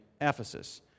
Ephesus